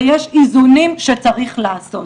ויש איזונים שצריך לעשות.